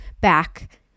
back